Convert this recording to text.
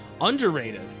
Underrated